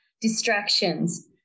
distractions